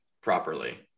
properly